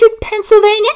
Pennsylvania